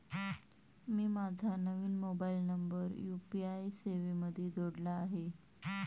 मी माझा नवीन mobile number UPI सेवेमध्ये जोडला आहे